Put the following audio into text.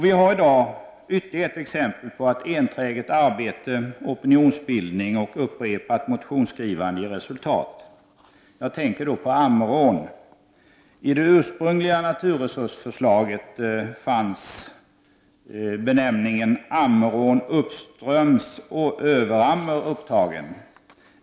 Vi har i dag ytterligare ett exempel på att enträget arbete, opinionsbildning och upprepat motionsskrivande ger resultat. Jag tänker på Ammerån. I det ursprungliga NRL-förslaget fanns benämningen”Ammerån uppströms Överammer” upptagen.